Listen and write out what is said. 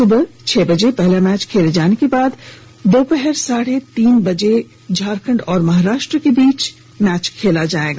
सुबह छह बजे पहला मैच खेले जाने के बाद दोपहर साढ़े तीन बजे झारखंड और महाराष्ट्र के बीच खेला जाएगा